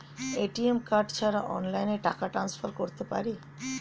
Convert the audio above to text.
ATM card ছাড়া অনলাইনে টাকা টান্সফার করতে পারি?